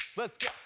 let's go.